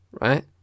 right